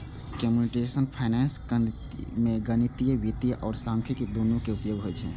computational finance मे गणितीय वित्त आ सांख्यिकी, दुनू के उपयोग होइ छै